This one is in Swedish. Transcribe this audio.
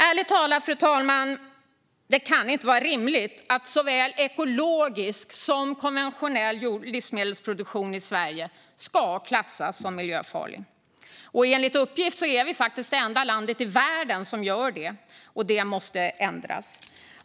Ärligt talat, fru talman, kan det inte vara rimligt att såväl ekologisk som konventionell livsmedelsproduktion i Sverige ska klassas som miljöfarlig. Enligt uppgift är vi det enda landet i världen som gör det. Det måste ändras.